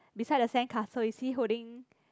beside the sandcastle is he holding